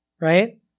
Right